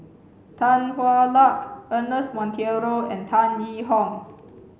Tan Hwa Luck Ernest Monteiro and Tan Yee Hong